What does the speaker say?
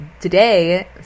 today